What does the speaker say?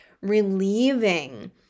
relieving